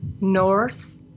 North